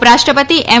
ઉપરાષ્ટ્રપતિ એમ